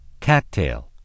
Cattail